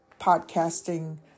podcasting